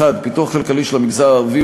1. פיתוח כלכלי של המגזר הערבי,